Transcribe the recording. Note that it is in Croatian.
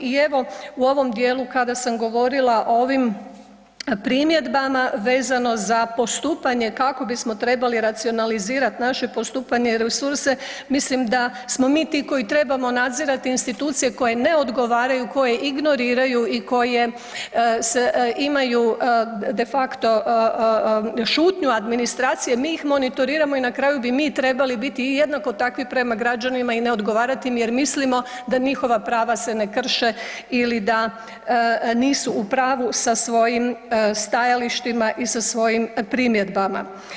I evo, u ovom dijelu kada sam govorila o ovim primjedbama vezano za postupanje kako bismo trebali racionalizirat naše postupanje i resurse, mislim da smo mi ti koji trebamo nadzirati institucije koje ne odgovaraju, koje ignoriraju i koje se, imaju de facto šutnju administracije, mi ih monitoriramo i na kraju bi mi trebali biti jednako takvi prema građanima i ne odgovarati im jer mislimo da njihova prava se ne krše ili da nisu u pravu sa svojim stajalištima i sa svojim primjedbama.